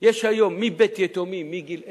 יש היום מבית-יתומים מגיל אפס,